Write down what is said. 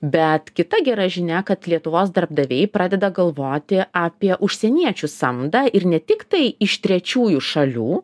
bet kita gera žinia kad lietuvos darbdaviai pradeda galvoti apie užsieniečių samdą ir ne tik tai iš trečiųjų šalių